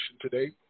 Today